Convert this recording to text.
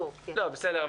בסדר,